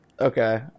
Okay